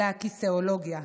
אלא הכיסאולוגיה.